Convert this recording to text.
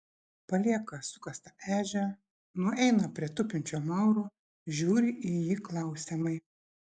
palieka sukastą ežią nueina prie tupinčio mauro žiūri į jį klausiamai